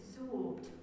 absorbed